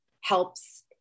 helps